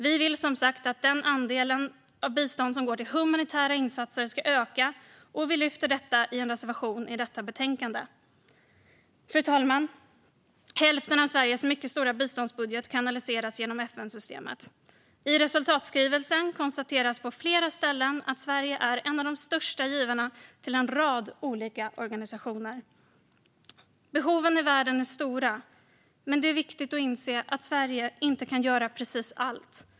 Vi vill som sagt att den andel av biståndet som går till humanitära insatser ska öka. Det lyfter vi fram i en reservation i detta betänkande. Fru talman! Hälften av Sveriges mycket stora biståndsbudget kanaliseras genom FN-systemet. I resultatskrivelsen konstateras på flera ställen att Sverige är en av de största givarna till en rad olika organisationer. Behoven i världen är stora. Men det är viktigt att inse att Sverige inte kan göra precis allt.